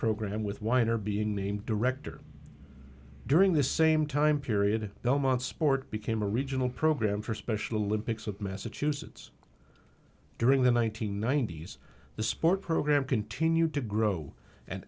program with weiner being named director during the same time period belmont sport became a regional program for special olympics of massachusetts during the one nine hundred ninety s the sport program continued to grow and